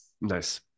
Nice